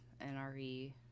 NRE